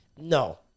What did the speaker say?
No